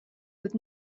with